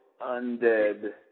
Undead